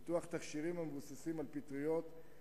פיתוח תכשירים המבוססים על פטריות,